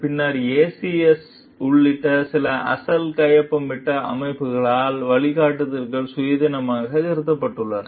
பின்னர் ACS உள்ளிட்ட சில அசல் கையொப்பமிட்ட அமைப்புகளால் வழிகாட்டுதல்கள் சுயாதீனமாக திருத்தப்பட்டுள்ளன